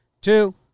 two